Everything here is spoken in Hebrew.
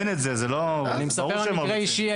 אני מספר מקרה אישי,